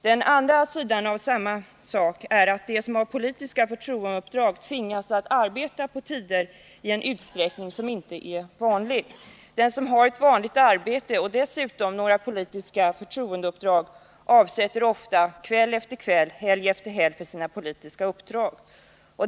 Den andra sidan av samma sak är att de som har politiska förtroendeuppdrag tvingas att arbeta på obekväm tid i en utsträckning som inte är vanlig. Den som har ett vanligt arbete och dessutom har några politiska förtroendeuppdrag avsätter ofta kväll efter kväll, helg efter helg för sina politiska uppdrag.